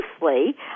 mostly